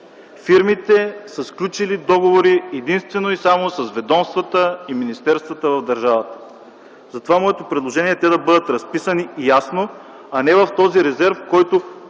Фирмите са сключили договори единствено и само с ведомствата и министерствата в държавата. Затова моето предложение е те да бъдат разписани ясно, а не в този резерв, в който